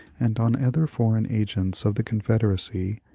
and on other foreign agents of the confederacy,